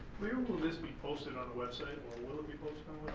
where will this be posted on the website or will it be posted on